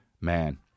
Man